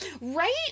Right